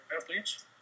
athletes